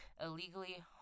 illegally